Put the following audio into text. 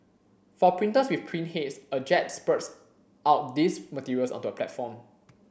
for printers with print heads a jet spurts out these materials onto a platform